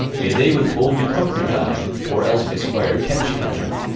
may they with old duke humphry dine, or else may squire ketch catch em.